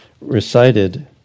recited